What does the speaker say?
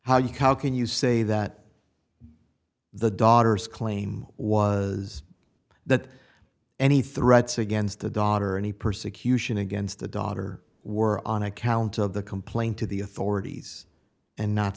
how you count can you say that the daughter's claim was that any threats against the daughter any persecution against the daughter were on account of the complaint to the authorities and not